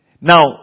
Now